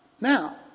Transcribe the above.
Now